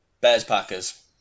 Bears-Packers